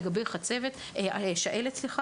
לגבי שעלת,